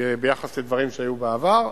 ביחס לדברים שהיו בעבר.